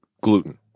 gluten